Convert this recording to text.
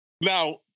now